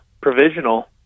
provisional